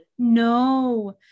no